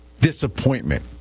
disappointment